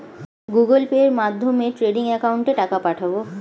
Google পের মাধ্যমে trading একাউন্টে টাকা পাঠাবো?